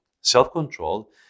Self-control